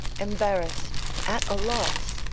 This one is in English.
embarrassed, at a loss,